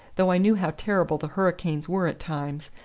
though i knew how terrible the hurricanes were at times,